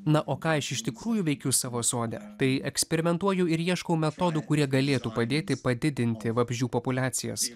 na o ką aš iš tikrųjų veikiu savo sode tai eksperimentuoju ir ieškau metodų kurie galėtų padėti padidinti vabzdžių populiacijas